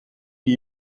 iri